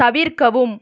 தவிர்க்கவும்